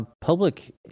public